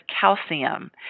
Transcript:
calcium